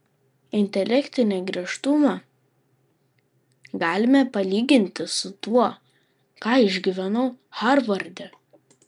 intelektinį griežtumą galime palyginti su tuo ką išgyvenau harvarde